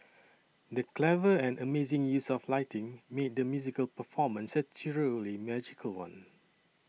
the clever and amazing use of lighting made the musical performance a rudely magical one